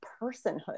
personhood